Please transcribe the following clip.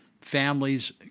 families